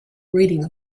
reading